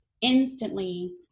instantly